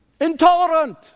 Intolerant